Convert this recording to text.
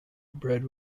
bred